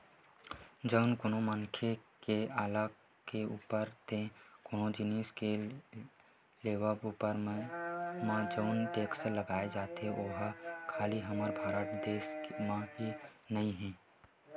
जउन कोनो मनखे के आवक के ऊपर ते कोनो जिनिस के लेवब ऊपर म जउन टेक्स लगाए जाथे ओहा खाली हमर भारत देस म ही नइ हे